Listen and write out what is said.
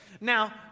Now